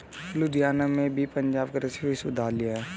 लुधियाना में भी पंजाब कृषि विश्वविद्यालय है